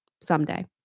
someday